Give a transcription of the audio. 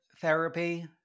therapy